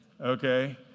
okay